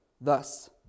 thus